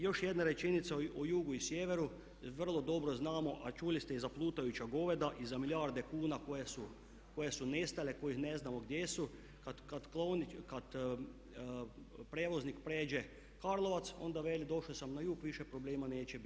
Još jedna rečenica o jugu i sjeveru, vrlo dobro znamo, a čuli ste i za plutajuća goveda i za milijarde kuna koje su nestale, kojih ne znamo gdje su, kad prijevoznik prijeđe Karlovac onda veli došao sam na jug više problema neće biti.